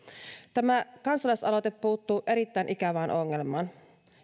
tämä kansalaisaloite puuttuu erittäin ikävään ongelmaan